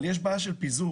אבל יש בעיה של פיזור.